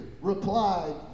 replied